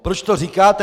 Proč to říkáte?